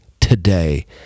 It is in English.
today